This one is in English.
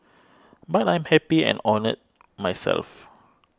but I'm happy and honoured myself